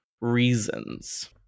reasons